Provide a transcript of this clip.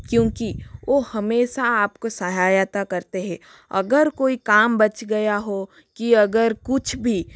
क्योंकि ओ हमेशा आपको सहायता करते हैं अगर कोई काम बच गया हो कि अगर कुछ भी